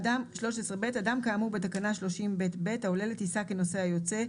""(13ב) אדם כאמור בתקנה 30ב(ב) העולה לטיסה כנוסע יוצא,